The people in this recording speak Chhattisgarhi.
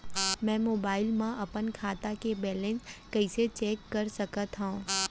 मैं मोबाइल मा अपन खाता के बैलेन्स कइसे चेक कर सकत हव?